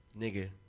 Nigga